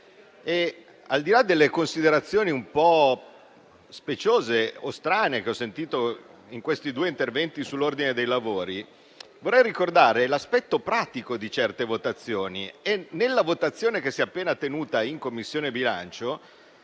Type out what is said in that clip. Al di là delle considerazioni un po' speciose o strane che ho sentito in questi due interventi sull'ordine dei lavori, vorrei ricordare l'aspetto pratico di certe votazioni. Nella votazione che si è appena tenuta in Commissione bilancio